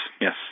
yes